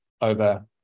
over